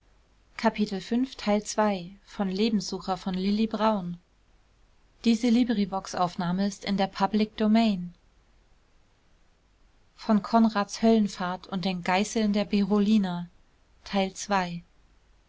von konrads höllenfahrt und den geißeln der berolina